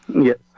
Yes